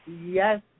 Yes